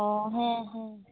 ᱚᱸᱻ ᱦᱮᱸ ᱦᱮᱸ